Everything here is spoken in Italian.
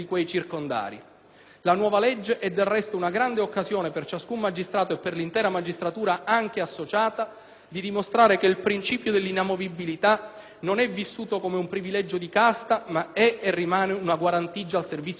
La nuova legge è del resto una grande occasione per ciascun magistrato e per l'intera magistratura, anche associata, di dimostrare che il principio dell'inamovibilità non è vissuto come un privilegio di casta, ma è e rimane una guarentigia al servizio dei cittadini.